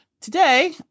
Today